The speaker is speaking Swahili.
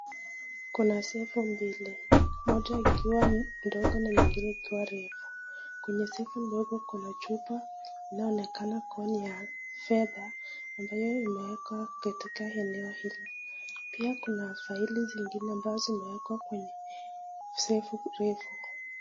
Kuna sefu mbili moja ikiwa ndogo na nyingine ikiwa refu. Kwenye sefu ndogo kuna chupa inaonekana kuwa ni ya fedha ambayo imewekwa katika eno hili. Pia kuna faeli zingine ambazo zimewekwa kwenye sefu kirefu.